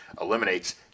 eliminates